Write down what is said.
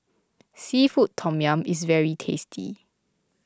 Seafood Tom Yum is very tasty